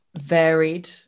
varied